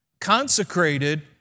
consecrated